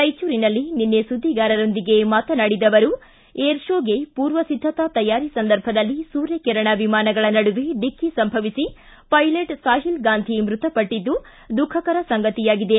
ರಾಯಚೂರಿನಲ್ಲಿ ನಿನ್ನೆ ಸುದ್ದಿಗಾರರೊಂದಿಗೆ ಮಾತನಾಡಿದ ಅವರು ಏರ್ಶೋಗೆ ಪೂರ್ವ ಸಿದ್ದತಾ ತಯಾರಿ ಸಂದರ್ಭದಲ್ಲಿ ಸೂರ್ಯಕಿರಣ ವಿಮಾನಗಳ ನಡುವೆ ಡಿಕ್ಕಿ ಸಂಭವಿಸಿ ಪೈಲಟ್ ಸಾಹಿಲ್ ಗಾಂಧಿ ಮೃತಪಟ್ಟಿದ್ದು ದುಃಖಕರ ಸಂಗತಿಯಾಗಿದೆ